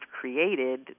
created